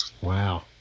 Wow